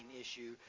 issue